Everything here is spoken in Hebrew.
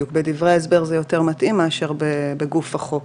כן, זה יותר מתאים בדברי ההסבר מאשר בגוף החוק.